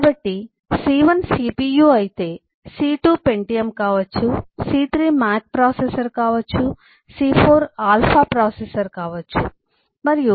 కాబట్టి C1 CPU అయితే C2 Pentium కావచ్చు C3 మాక్ ప్రాసెసర్ కావచ్చు C4 ఆల్ఫా ప్రాసెసర్ కావచ్చు 1015 మరియు